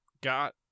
Got